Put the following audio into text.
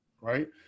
right